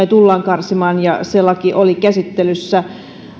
tullaan karsimaan ja se laki oli juuri käsittelyssä